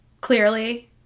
Clearly